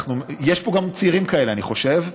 יש פה גם צעירים כאלה, אני חושב,